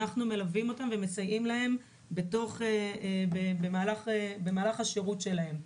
אנחנו מלווים אותם ומסייעים להם במהלך השירות שלהם.